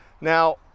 Now